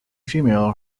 female